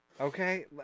Okay